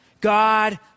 God